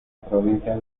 provincia